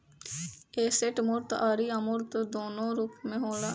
asset मूर्त अउरी अमूर्त दूनो रूप में होला